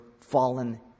fallen